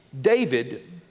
David